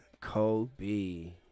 Kobe